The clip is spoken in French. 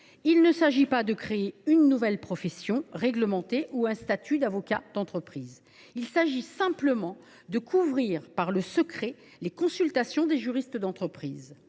ne s’agit pas de créer une nouvelle profession réglementée ou un statut d’avocat en entreprise ; il s’agit simplement de couvrir par le secret les consultations des juristes d’entreprise.